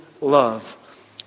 love